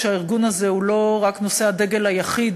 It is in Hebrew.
והארגון הזה הוא לא נושא הדגל היחיד